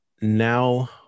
Now